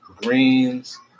Greens